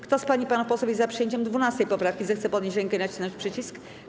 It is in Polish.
Kto z pań i panów posłów jest za przyjęciem 12. poprawki, zechce podnieść rękę i nacisnąć przycisk.